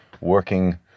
working